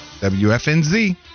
wfnz